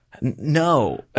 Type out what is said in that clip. No